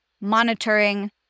monitoring